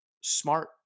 smart